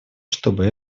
чтобы